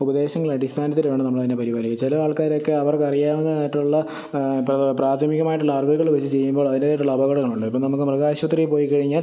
ഉപദേശങ്ങളുടെ അടിസ്ഥാനത്തിൽ വേണം നമ്മളതിനെ പരിപാലിക്കാന് ചില ആള്ക്കാരൊക്കെ അവര്ക്കറിയാവുന്നതായിട്ടുള്ള പ്രാഥമികമായിട്ടുള്ള അറിവുകൾ വെച്ചു ചെയ്യുമ്പോള് അതിന്റേതായിട്ടുള്ള അപകടങ്ങളുണ്ട് ഇപ്പോൾ നമുക്ക് മൃഗാശുപത്രീ പോയിക്കഴിഞ്ഞാല്